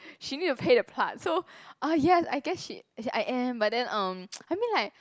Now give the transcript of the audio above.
she need to play the part so uh yes I guess she I am but then um I mean like